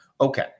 Okay